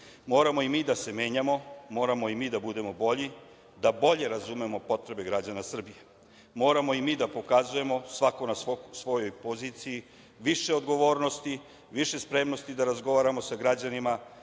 Srbije. Moramo i mi da se menjamo, moramo i mi da budemo bolji, da bolje razumemo potrebe građana Srbije, moramo i mi da pokazujemo, svako na svojoj poziciji, više odgovornosti, više spremnosti da razgovaramo sa građanima,